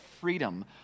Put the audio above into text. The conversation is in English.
freedom